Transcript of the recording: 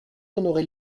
honoré